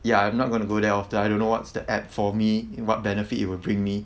ya I'm not going to go there often I don't know what's the app for me and what benefit it will bring me